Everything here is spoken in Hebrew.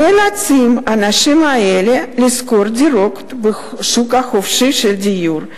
נאלצים האנשים האלה לשכור דירות בשוק החופשי של הדיור.